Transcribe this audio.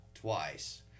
twice